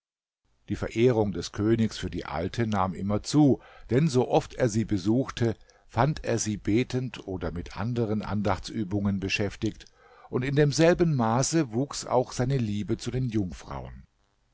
die verehrung des königs für die alte nahm immer zu denn so oft er sie besuchte fand er sie betend oder mit anderen andachtsübungen beschäftigt und in demselben maße wuchs auch seine liebe zu den jungfrauen